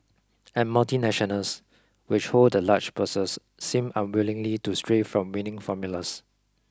and multinationals which hold the large purses seem unwilling to stray from winning formulas